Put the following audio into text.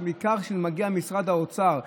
שמגיע ממשרד האוצר בעיקר,